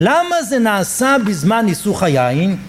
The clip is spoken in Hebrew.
למה זה נעשה בזמן ניסוך היין?